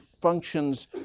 functions